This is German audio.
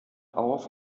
auf